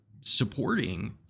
supporting